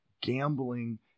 Gambling